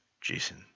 Jason